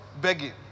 begging